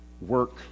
work